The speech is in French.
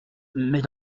mais